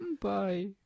Bye